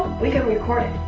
we can record it.